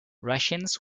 rations